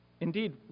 Indeed